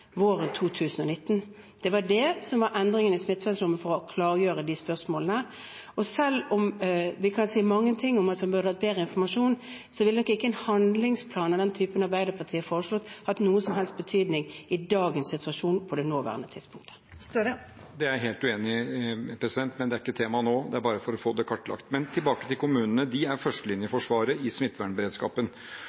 var det som var endringen i smittevernloven for å klargjøre de spørsmålene. Selv om man kan si mye om at man burde hatt bedre informasjon, ville nok ikke en handlingsplan av den typen Arbeiderpartiet foreslo, hatt noen som helst betydning i dagens situasjon, på det nåværende tidspunkt. Jonas Gahr Støre – til oppfølgingsspørsmål. Det er jeg helt uenig i, men det er ikke tema nå, det er bare for å få det kartlagt. Men tilbake til kommunene: De er førstelinjeforsvaret i